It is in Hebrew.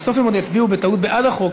בסוף הם עוד יצביעו בטעות בעד החוק,